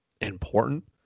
important